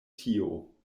tio